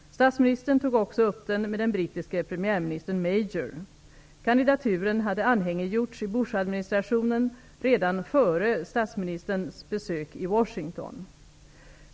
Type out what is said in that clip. Statsministern tog också upp den med den brittiske premiärministern Major. Bushadministrationen redan före statsministerns besök i Washington.